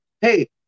hey